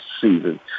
season